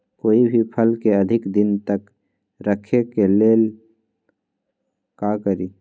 कोई भी फल के अधिक दिन तक रखे के ले ल का करी?